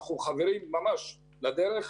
אנחנו ממש חברים לדרך.